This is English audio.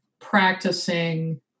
practicing